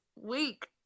week